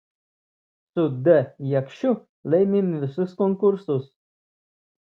su d jakšiu laimim visus konkursus